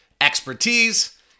expertise